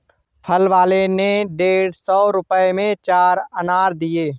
फल वाले ने डेढ़ सौ रुपए में चार अनार दिया